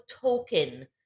token